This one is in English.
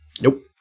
Nope